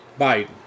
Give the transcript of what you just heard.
Biden